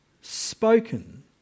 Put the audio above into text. spoken